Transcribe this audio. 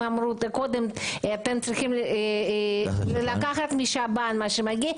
הם אמרו קודם אתם צריכים לקחת משב"ן מה שמגיע,